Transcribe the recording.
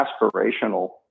aspirational